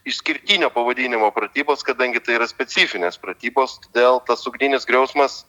išskirtinio pavadinimo pratybos kadangi tai yra specifinės pratybos todėl tas ugninis griausmas